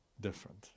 different